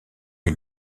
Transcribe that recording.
est